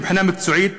מבחינה מקצועית,